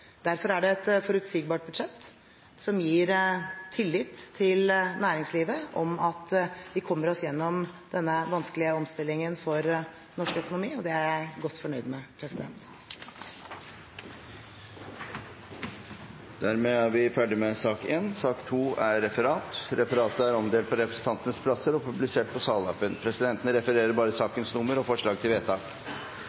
Derfor er det et forutsigbart budsjett, som gir tillit i næringslivet om at vi kommer oss gjennom denne vanskelige omstillingen for norsk økonomi, og det er jeg godt fornøyd med. Dermed er vi ferdig med sak nr. 1. Presidenten vil foreslå at finansministerens redegjørelse om regjeringens forslag til statsbudsjett og